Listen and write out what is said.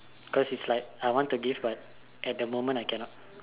cause is like I want to give but at that moment I cannot